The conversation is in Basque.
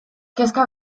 kezka